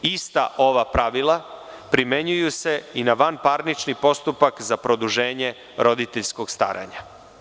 Ista ova pravila primenjuju se i na vanparnični postupak za produženje roditeljskog staranja.